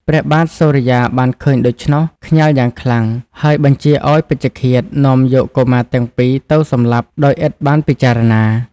ព្រះបាទសូរិយាបានឃើញដូច្នោះ ខ្ញាល់យ៉ាងខ្លាំង ហើយបញ្ជាឲ្យពេជ្ឈឃាដនាំយកកុមារទាំងពីរទៅសម្លាប់ដោយឥតបានពិចារណា ។